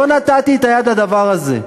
לא נתתי את היד לדבר הזה.